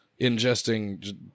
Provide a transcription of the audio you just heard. ingesting